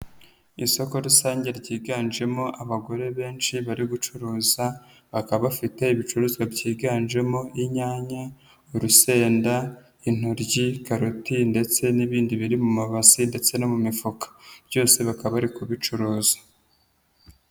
Isoko rusange ryiganjemo abagore benshi bari gucuruza bakaba bafite ibicuruzwa byiganjemo inyanya, urusenda, intoryi, karoti ndetse n'ibindi biri mu mabasi ndetse no mu mifuka, byose bakaba bari kubicuruza.